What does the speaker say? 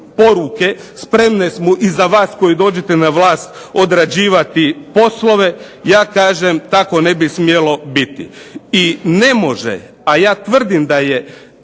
poruke, spremne smo i na vas kada dođete na vlast odrađivati poslove, ja kažem tako ne bi smjelo biti. I ne može, a ja tvrdim da je